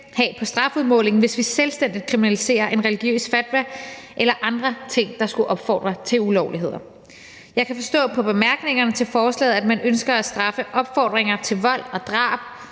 effekt på strafudmålingen, hvis vi selvstændigt kriminaliserer en religiøs fatwa eller andre ting, der skulle opfordre til ulovligheder. Jeg kan forstå på bemærkningerne til forslaget, at man ønsker at straffe opfordringer til vold og drab